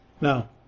Now